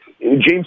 James